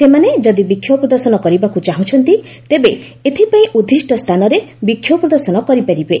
ସେମାନେ ଯଦି ବିକ୍ଷୋଭ ପ୍ରଦର୍ଶନ କରିବାକୁ ଚାହୁଁଚ୍ଚନ୍ତି ତେବେ ଏଥିପାଇଁ ଉଦ୍ଦିଷ୍ଟ ସ୍ଥାନରେ ବିକ୍ଷୋଭ ପ୍ରଦର୍ଶନ କରିପାରିବେ